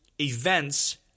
events